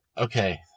Okay